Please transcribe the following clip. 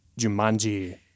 Jumanji